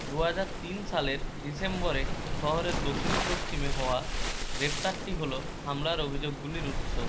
দু হাজার তিন সালের ডিসেম্বরে শহরের দক্ষিণ পশ্চিমে হওয়া গ্রেপ্তারটি হলো হামলার অভিযোগগুলির উৎস